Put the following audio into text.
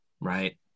Right